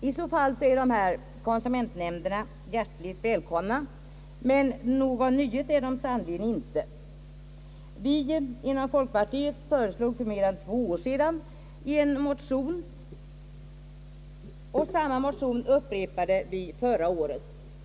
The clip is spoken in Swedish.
I så fall är dessa konsumentnämnder hjärtligt välkomna, men någon nyhet är de sannerligen inte. Vi inom folkpartiet föreslog dem för två år sedan i en motion, och samma motion upprepade vi förra året.